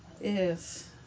Yes